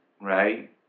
right